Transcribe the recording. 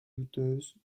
douteuse